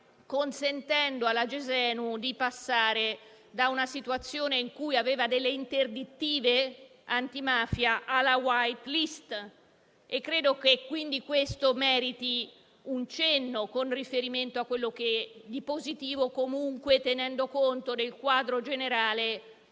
consentendo alla Gesenu di passare da una situazione in cui aveva delle interdittive antimafia alla *white list*. Credo che questo meriti un cenno, con riferimento a quello che di positivo è stato fatto ed è stato assunto, tenendo conto del quadro generale.